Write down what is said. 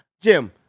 Jim